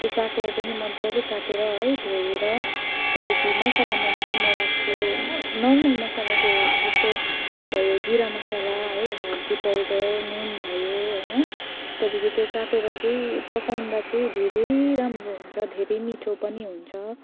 त्यो सागलाई पनि मजाले काटेर है धोएर त्यहाँदेखि मसलामा चाहिँ म राख्छु नर्मल मसला त्यो जस्तो भयो जिरा मसला है हर्दी पाउडर नुन भयो होइन त्यहाँदेखि त्यो काटेर चाहिँ पकाउँदा चाहिँ धेरै राम्रो हुन्छ धेरै मिठो पनि हुन्छ